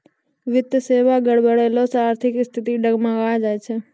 वित्तीय सेबा गड़बड़ैला से आर्थिक स्थिति डगमगाय जाय छै